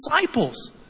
disciples